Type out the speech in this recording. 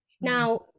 Now